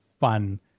Fun